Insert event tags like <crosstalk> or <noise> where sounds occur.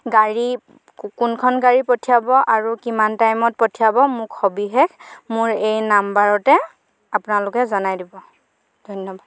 গাড়ী <unintelligible> কোনখন গাড়ী পঠিয়াব আৰু কিমান টাইমত পঠিয়াব মোক সবিশেষ মোৰ এই নাম্বাৰতে আপোনালোকে জনাই দিব ধন্যবাদ